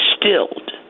distilled